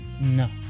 No